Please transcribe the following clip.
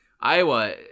Iowa